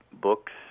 books